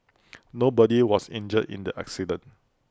nobody was injured in the accident